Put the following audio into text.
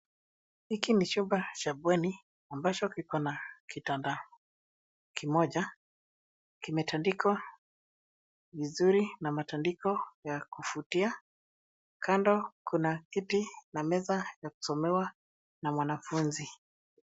Hiki ni chumba cha bweni ambacho kikona kitanda kimoja. Kimetandikwa vizuri na matandiko ya kuvutia. Kando kuna kiti na meza ya kusomewa na mwanafunzi.